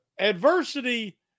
adversity